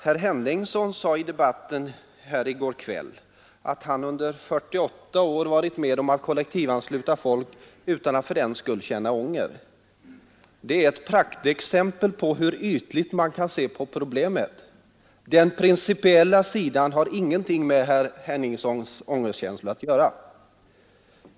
Herr Henningsson sade i debatten i går kväll att han under 48 år varit Onsdagen den med om att kollektivansluta folk utan att fördenskull känna ånger. Det 6 juni 1973 är ett praktexempel på hur ytligt man kan se på problemet. Den principiella sidan har ingenting med herr Henningssons ångerkänslor att Ny regeringsform göra.